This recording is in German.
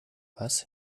was